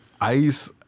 Ice